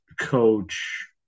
coach